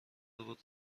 بود